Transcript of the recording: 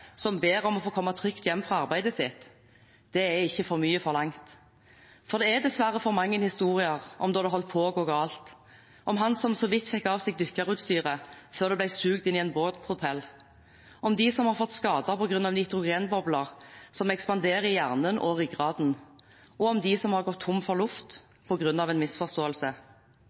som ber om å få komme trygt hjem fra arbeidet sitt. Det er ikke for mye forlangt. Det er dessverre for mange historier om da det holdt på å gå galt – om han som så vidt fikk av seg dykkerutstyret før det ble sugd inn i en båtpropell, om dem som har fått skader på grunn av nitrogenbobler som ekspanderer i hjernen og ryggraden, og om dem som har gått tom for luft på grunn av en misforståelse.